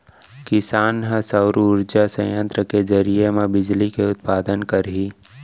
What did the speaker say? किसान ह सउर उरजा संयत्र के जरिए म बिजली के उत्पादन करही